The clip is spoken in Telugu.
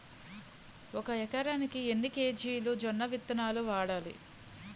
ఒక ఎకరానికి ఎన్ని కేజీలు జొన్నవిత్తనాలు వాడాలి?